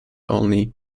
only